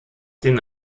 den